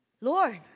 Lord